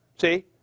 See